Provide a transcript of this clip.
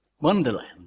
Wonderland